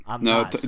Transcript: No